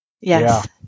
Yes